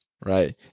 Right